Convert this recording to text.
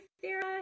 Sarah